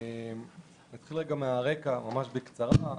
נתחיל מהרקע, בקצרה.